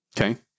Okay